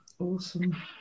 awesome